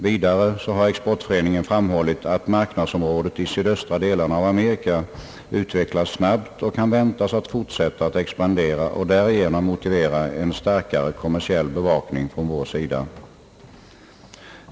Vidare har Exportföreningen framhållit att marknadsområdet i sydöstra delarna av Amerika utvecklas snabbt och kan väntas fortsätta att expandera och därigenom motivera en starkare kommersiell bevakning från vår sida.